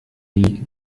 nie